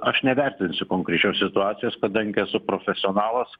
aš nevertinsiu konkrečios situacijos kadangi esu profesionalas